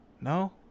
No